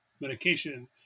medication